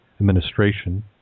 Administration